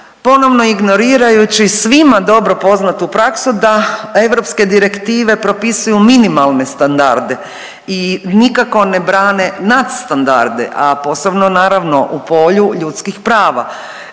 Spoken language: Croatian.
ponovno ignorirajući svima dobro poznatu praksu da europske direktive propisuju minimalne standarde i nikako ne brane nadstandarde, a posebno naravno u polju ljudskih prava.